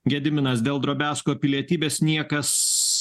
gediminas dėl drobesko pilietybės niekas